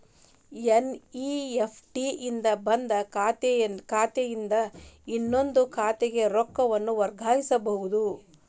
NEFT ಇಂದ ಒಂದ್ ಖಾತೆಯಿಂದ ಇನ್ನೊಂದ್ ಖಾತೆಗ ರೊಕ್ಕಾನ ವರ್ಗಾಯಿಸಬೋದು